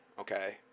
okay